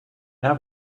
have